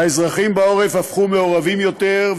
האזרחים בעורף הפכו מעורבים יותר,